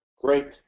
Great